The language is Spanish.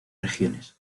regiones